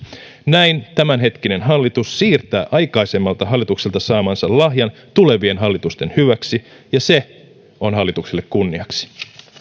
näin tämänhetkinen hallitus siirtää aikaisemmalta hallitukselta saamansa lahjan tulevien hallitusten hyväksi ja se on hallitukselle kunniaksi